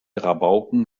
rabauken